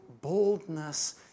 boldness